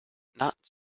not